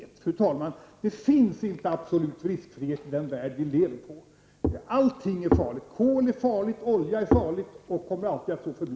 Det finns, fru talman, inte någon absolut riskfrihet i den värld som vi lever i. Allting är farligt: kol är farligt, olja är farligt och kommer alltid att så förbli.